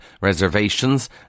reservations